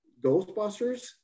Ghostbusters